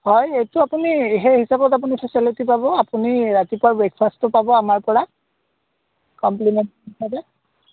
হয় এইটো আপুনি এই সেই হিচাপত আপুনি ফেচেলেটি পাব আপুনি ৰাতিপুৱাৰ ব্ৰেকফাষ্টটো পাব আমাৰ পৰা কমপ্লিমেন্ট হিচাপে